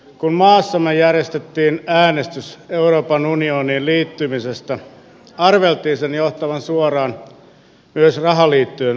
kun maassamme järjestettiin äänestys euroopan unioniin liittymisestä arveltiin sen johtavan suoraan myös rahaliittoon liittymiseen